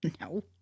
no